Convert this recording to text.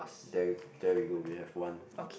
there there we go we have one